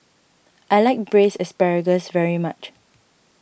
I like Braised Asparagus very much